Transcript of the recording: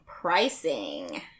pricing